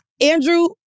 Andrew